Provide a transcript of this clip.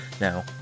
Now